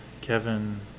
Kevin